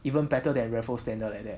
even better than raffles standard like that